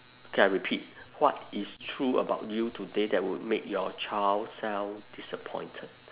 K I repeat what is true about you today that would make your child self disappointed